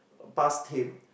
past him